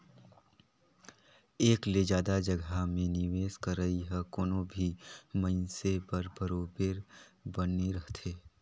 एक ले जादा जगहा में निवेस करई ह कोनो भी मइनसे बर बरोबेर बने रहथे